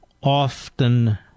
often